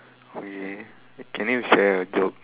okay can you share a joke